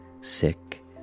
sick